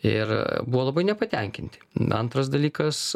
ir buvo labai nepatenkinti na antras dalykas